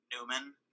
Newman